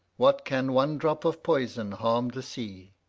what can one drop of poison harm the sea,